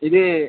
ഇത്